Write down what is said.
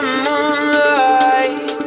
moonlight